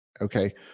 Okay